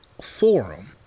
forum